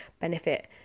benefit